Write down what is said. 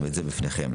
זה גם בפניכם.